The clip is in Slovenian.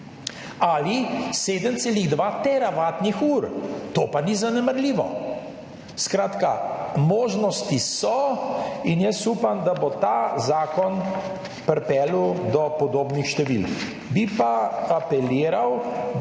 ali 7,2 teravatnih ur. To pa ni zanemarljivo. Skratka, možnosti so in jaz upam, da bo ta zakon pripeljal do podobnih številk. Bi pa apeliral, da